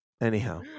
Anyhow